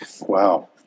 Wow